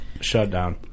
shutdown